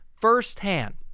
firsthand